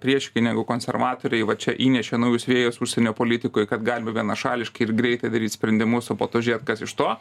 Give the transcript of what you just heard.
priešingai negu konservatoriai va čia įnešė naujus vėjus užsienio politikoj kad galima vienašališkai ir greitai daryt sprendimus o po to žiūrėt kas iš to